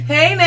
Hey